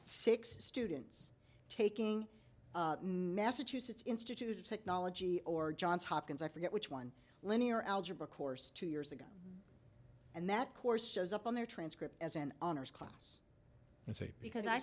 six students taking massachusetts institute of technology or johns hopkins i forget which one linear algebra course two years ago and that course shows up on their transcript as an honors class it's a because i